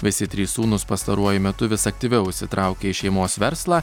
visi trys sūnūs pastaruoju metu vis aktyviau įsitraukia į šeimos verslą